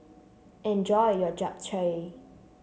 enjoy your Japchae